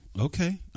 Okay